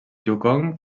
yukon